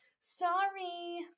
sorry